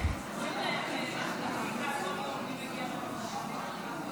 אני קובע כי הצעת חוק נציבות תלונות הציבור על שופטים (תיקון,